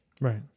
Right